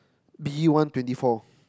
B one twenty four